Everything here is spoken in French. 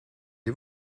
est